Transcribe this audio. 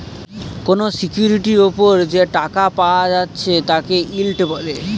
কোনো সিকিউরিটির উপর যে টাকা পায়া যাচ্ছে তাকে ইল্ড বলে